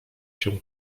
się